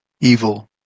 evil